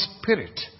Spirit